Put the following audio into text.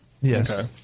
Yes